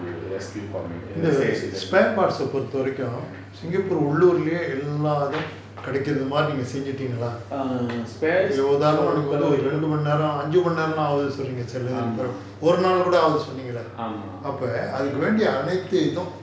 S_Q for main~ eh S_I_A engineering err space ah பொருத்தவரைக்கும் ஆமா ஆமா:poruthavaraikum aama aama